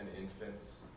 infants